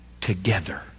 together